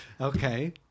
Okay